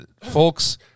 folks